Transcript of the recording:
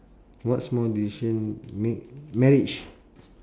what small decision made marriage